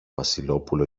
βασιλόπουλο